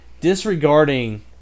disregarding